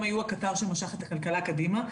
הם היו הקטר שמשך את הכלכלה קדימה.